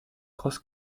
cross